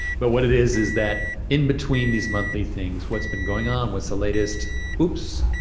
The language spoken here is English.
but what it is, is that in between these monthly things, what's been going on, what's the latest oops,